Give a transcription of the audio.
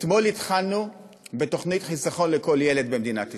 אתמול התחלנו בתוכנית "חיסכון לכל ילד" במדינת ישראל.